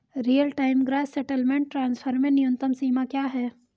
Real time gross settlement transfer में न्यूनतम सीमा क्या है?